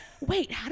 wait